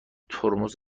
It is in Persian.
ترمز